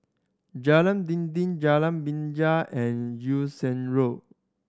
Jalan Dinding Jalan Binja and Sheng Road